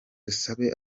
dusabe